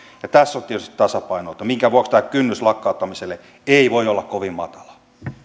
ja tässä on tietysti tasapainoiltava minkä vuoksi tämä kynnys lakkauttamiselle ei voi olla kovin matala